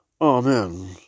Amen